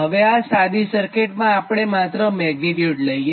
હવેઆ સાદી સર્કીટ માં આપણે માત્ર મેગ્નીટ્યુડ લઈએ